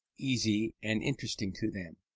easy and interesting to them.